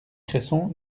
cresson